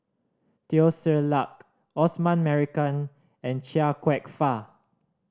Teo Ser Luck Osman Merican and Chia Kwek Fah